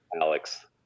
Alex